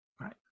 Right